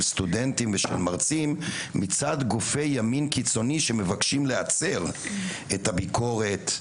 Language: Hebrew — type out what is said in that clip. סטודנטים ושל מרצים מצד גופי ימין קיצוני שמבקשים להצר את הביקורת,